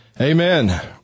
Amen